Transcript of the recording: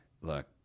look